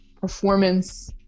performance